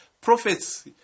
Prophets